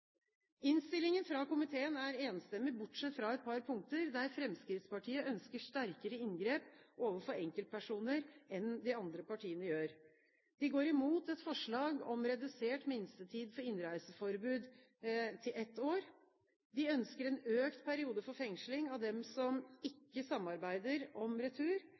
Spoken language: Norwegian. Innstillingen fra komiteen er enstemmig, bortsett fra et par punkter der Fremskrittspartiet ønsker et sterkere inngrep overfor enkeltpersoner enn de andre partiene gjør. De går imot et forslag om redusert minstetid for innreiseforbud til ett år. De ønsker en økt periode for fengsling av dem som ikke samarbeider om retur,